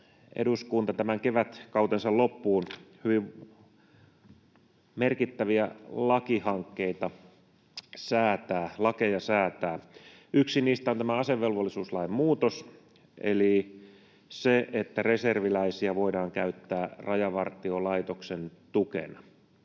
eduskunta tämän kevätkautensa loppuun hyvin merkittäviä lakihankkeita säätää, lakeja säätää. Yksi niistä on tämä asevelvollisuuslain muutos eli se, että reserviläisiä voidaan käyttää Rajavartiolaitoksen tukena.